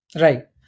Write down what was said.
Right